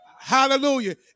Hallelujah